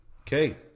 Okay